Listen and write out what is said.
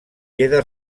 queda